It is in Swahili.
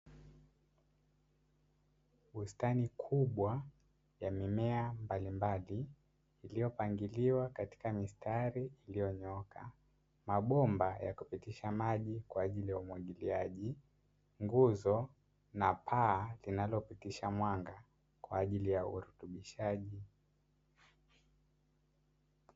Bustani kubwa ya mimea mbalimbali iliyopangiliwa katika mistari iliyonyooka, mabomba ya kupitisha maji kwa ajili ya umwagiliaji, nguzo na paa linalopitisha mwanga kwa ajli ya urutubishaji.